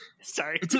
Sorry